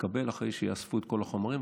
תתקבל אחרי שיאספו את כל החומרים,